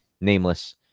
nameless